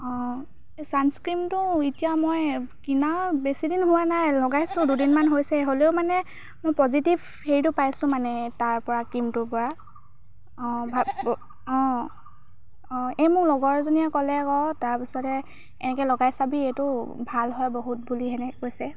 অঁ এই ছানস্ক্ৰীমটো এতিয়া মই কিনা বেছি দিন হোৱা নাই লগাইছোঁ দুদিনমান হৈছে হ'লেও মানে মই পজিটিভ হেৰিটো পাইছোঁ মানে তাৰ পৰা ক্ৰীমটোৰ পৰা অঁ অঁ অঁ এই মোৰ লগৰ এজনীয়ে ক'লে আকৌ তাৰপিছতে এনেকৈ লগাই চাবি এইটো ভাল হয় বহুত বুলি সেনেকৈ কৈছে